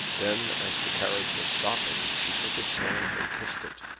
then, as the carriage was stopping, she took his hand and kissed it.